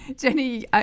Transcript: Jenny